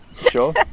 sure